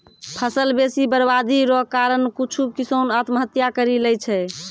फसल बेसी बरवादी रो कारण कुछु किसान आत्महत्या करि लैय छै